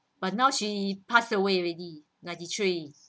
but now she passed away already ninety three